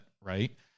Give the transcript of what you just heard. Right